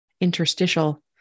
interstitial